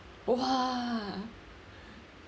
!wah!